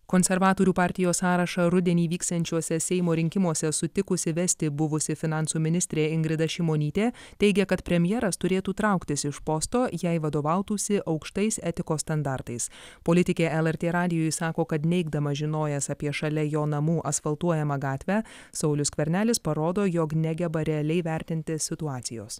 konservatorių partijos sąrašą rudenį vyksiančiuose seimo rinkimuose sutikusi vesti buvusi finansų ministrė ingrida šimonytė teigia kad premjeras turėtų trauktis iš posto jei vadovautųsi aukštais etikos standartais politikė lrt radijui sako kad neigdamas žinojęs apie šalia jo namų asfaltuojamą gatvę saulius skvernelis parodo jog negeba realiai vertinti situacijos